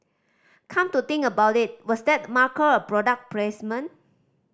come to think about it was that marker a product placement